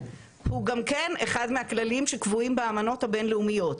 הוא גם כן אחד מהכללים שקבועים באמנות הבין-לאומיות.